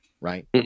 right